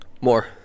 more